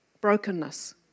brokenness